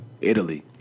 Italy